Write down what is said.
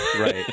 Right